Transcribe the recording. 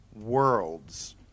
worlds